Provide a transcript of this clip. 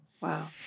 Wow